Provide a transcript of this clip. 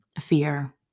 fear